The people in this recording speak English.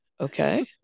okay